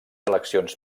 eleccions